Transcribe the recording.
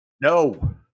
No